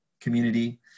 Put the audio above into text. community